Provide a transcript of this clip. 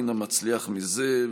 רינה מצליח מזה,